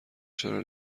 چرا